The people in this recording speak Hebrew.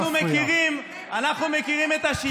אנחנו מכירים את השיטה.